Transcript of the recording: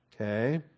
Okay